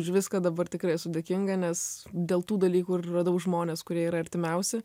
už viską dabar tikrai esu dėkinga nes dėl tų dalykų ir radau žmones kurie yra artimiausi